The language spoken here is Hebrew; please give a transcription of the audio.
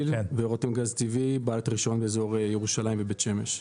ורתם גז טבעי בעלת הרישיון באזור ירושלים ובית שמש.